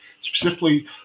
specifically